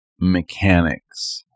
mechanics